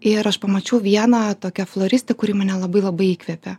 ir aš pamačiau vieną tokią floristę kuri mane labai labai įkvėpė